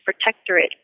protectorate